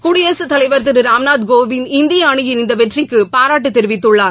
குடியரசுத் தலைவா் திரு ராம்நாத் கோவிந்த் இந்திய அணியின் இந்த வெற்றிக்கு பாராட்டு தெரிவித்துள்ளது